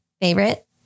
favorite